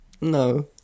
no